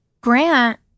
Grant